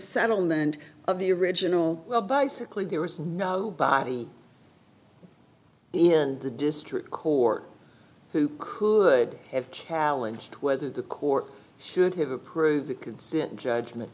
settlement of the original well bicycling there was nobody in the district court who could have challenge whether the court should have approved the consent judgment